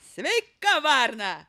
sveika varna